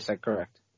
correct